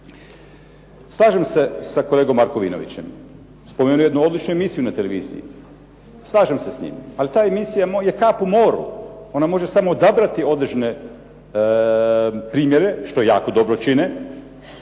Slažem se sa kolegom Markovinovićem. Spomenuo je jednu odličnu emisiju na televiziji. Slažem se s njim, ali ta je emisija kap u moru. Ona može samo odabrati određene primjere što jako dobro čine,